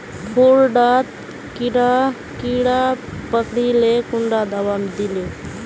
फुल डात कीड़ा पकरिले कुंडा दाबा दीले?